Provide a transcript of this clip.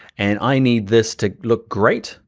and i need this to look great,